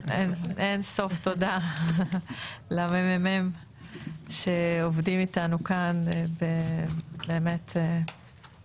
אין סוף תודה לממ"מ, שעובדים איתנו כאן נעם,